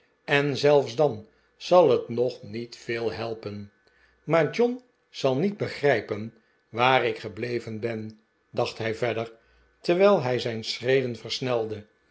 en zelfs dan zal het nog niet veel helpen maar john zal niet begrijpen waar ik gebleven ben dacht hij verder terwijl hij zijn schreden versnelde